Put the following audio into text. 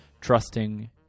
trusting